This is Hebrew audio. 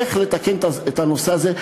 איך לתקן את הנושא הזה,